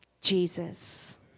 Jesus